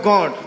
God